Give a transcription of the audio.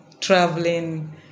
traveling